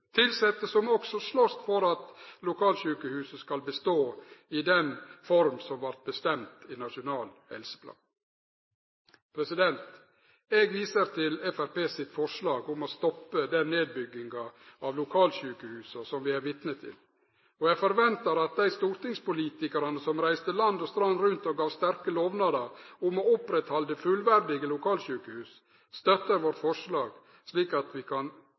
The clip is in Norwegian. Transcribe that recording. tilsette som også slåst for at lokalsjukehuset skal bestå i den forma som vart bestemt i Nasjonal helseplan. Eg viser til Framstegspartiet sitt forslag om å stoppe den nedbygginga av lokalsjukehusa som vi er vitne til, og eg forventar at dei stortingspolitikarane som reiste land og strand rundt og gav sterke lovnader om å oppretthalde fullverdige lokalsjukehus, støttar vårt forslag, slik at vi kan